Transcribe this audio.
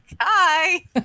Hi